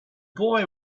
boy